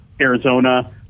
Arizona